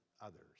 others